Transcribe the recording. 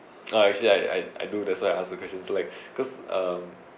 ya actually I I I do that's why I ask the questions like because um